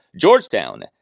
Georgetown